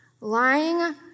lying